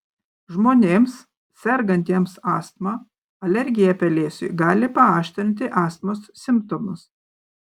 žmonėms sergantiems astma alergija pelėsiui gali paaštrinti astmos simptomus